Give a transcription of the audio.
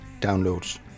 Downloads